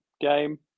game